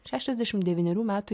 šešiasdešim devynerių metų